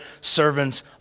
servants